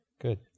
Good